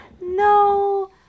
No